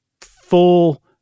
full